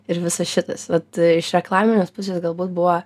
ir visas šitas vat iš reklaminės pusės galbūt buvo